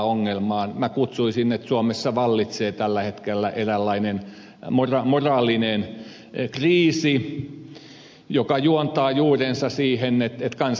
minä kutsuisin että suomessa vallitsee tällä hetkellä eräänlainen moraalinen kriisi joka juontaa juurensa siihen että kansalaisten luottamus